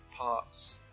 parts